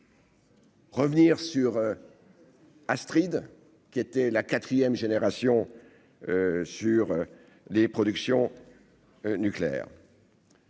Revenir sur. Astride, qui était la 4ème génération sur les productions nucléaire.